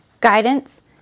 guidance